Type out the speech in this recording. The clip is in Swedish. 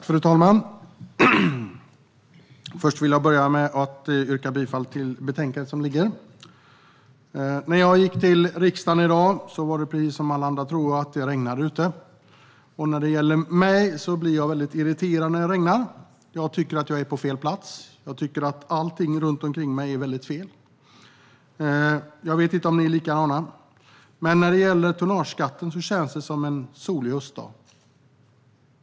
Fru talman! Jag börjar med att yrka bifall till utskottets förslag i betänkandet. När jag gick till riksdagen i dag var det precis som för alla andra: Det regnade ute. Jag blir väldigt irriterad när det regnar. Jag tycker att jag är på fel plats, och jag tycker att allting runt omkring är väldigt fel. Jag vet inte om ni är likadana. Men när det gäller tonnageskatten känns det som en solig höstdag.